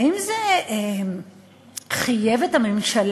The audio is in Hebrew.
האם זה חייב את הממשלה,